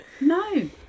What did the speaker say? No